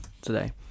today